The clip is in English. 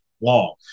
long